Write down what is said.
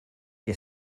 que